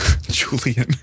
Julian